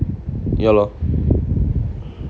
ya lor